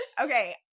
Okay